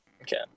Okay